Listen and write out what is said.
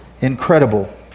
Incredible